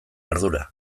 ardura